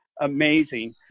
amazing